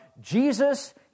Jesus